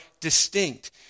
distinct